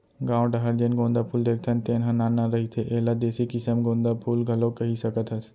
गाँव डाहर जेन गोंदा फूल देखथन तेन ह नान नान रहिथे, एला देसी किसम गोंदा फूल घलोक कहि सकत हस